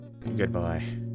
Goodbye